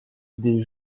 des